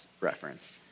reference